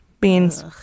Beans